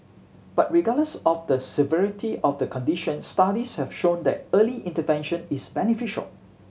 but regardless of the severity of the condition studies have shown that early intervention is beneficial